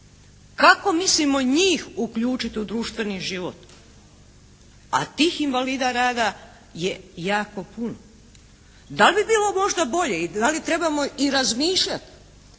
Kako mislimo njih uključiti u društveni život, a tih invalida rada je jako puno? Da li bi bilo možda bolje i da li trebamo i razmišljati